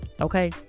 Okay